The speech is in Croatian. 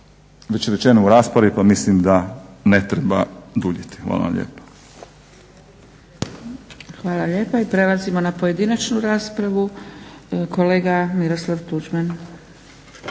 već rečeno u raspravi pa misli da ne treba duljiti. Hvala vam lijepa. **Zgrebec, Dragica (SDP)** Hvala lijepa. I prelazimo na pojedinačnu raspravu. Kolega Miroslav Tuđman.